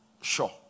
Sure